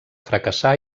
fracassar